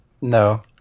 No